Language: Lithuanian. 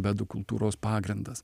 vedų kultūros pagrindas